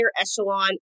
echelon